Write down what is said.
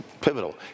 Pivotal